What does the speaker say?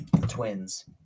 twins